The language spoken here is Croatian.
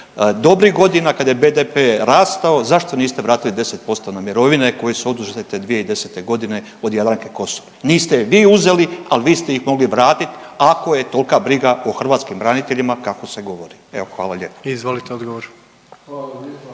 dobrih godina kada je BDP-e rastao zašto niste vratili 10% na mirovine koje su oduzete 2010. godine od Jadranke Kosor? Niste je vi uzeli, ali vi ste ih mogli vratiti ako je tolika briga o hrvatskim braniteljima kako se govori. Evo hvala lijepa.